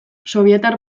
sobietar